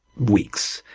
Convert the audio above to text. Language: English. weeks.